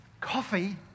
Coffee